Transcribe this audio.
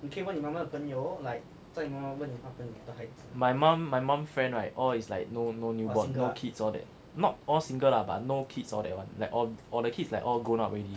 my mum my mum friend right all is like no no new born no kids all that not all single lah but no kids all that [one] like all or like the kids like all grown up already